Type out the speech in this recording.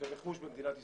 וברכוש במדינת ישראל.